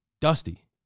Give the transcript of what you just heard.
dusty